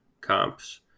comps